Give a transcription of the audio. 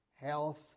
health